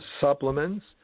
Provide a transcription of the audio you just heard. supplements